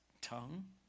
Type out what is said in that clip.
Tongue